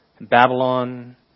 Babylon